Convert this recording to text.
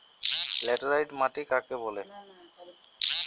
Laterite মাটি কাকে বলে?